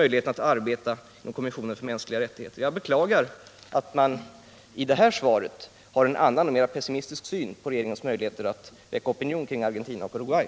Jag beklagar att utrikesministern i det nu lämnade svaret ger uttryck för en mera pessimistisk syn på regeringens möjligheter att väcka opinion kring Argentina och Uruguay.